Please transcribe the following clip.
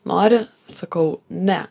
nori sakau ne